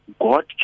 God